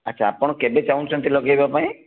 ଆଚ୍ଛା ଆପଣ କେବେ ଚାହୁଁଛନ୍ତି ଲଗାଇବା ପାଇଁ